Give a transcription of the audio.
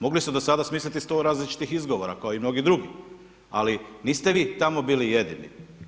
Mogli ste do sada smisliti 100 različitih izgovora, kao i mnogi drugi, ali niste vi tamo bili jedini.